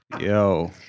yo